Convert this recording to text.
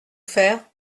faire